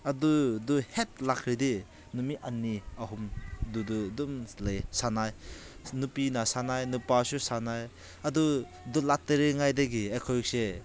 ꯑꯗꯨꯗꯨ ꯍꯦꯛ ꯂꯥꯛꯂꯗꯤ ꯅꯨꯃꯤꯠ ꯑꯅꯤ ꯑꯍꯨꯝ ꯑꯗꯨꯗꯨ ꯑꯗꯨꯝ ꯂꯩꯌꯦ ꯁꯥꯟꯅꯩ ꯅꯨꯄꯤꯅ ꯁꯥꯟꯅꯩ ꯅꯨꯄꯥꯁꯨ ꯁꯥꯟꯅꯩ ꯑꯗꯨꯗꯨ ꯂꯥꯛꯇ꯭ꯔꯤꯉꯩꯗꯒꯤ ꯑꯩꯈꯣꯏꯁꯦ